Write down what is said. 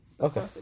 Okay